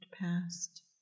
past